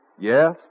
Yes